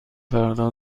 فردا